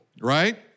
right